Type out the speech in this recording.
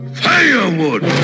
firewood